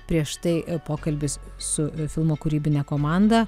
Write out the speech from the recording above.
prieš tai pokalbis su filmo kūrybine komanda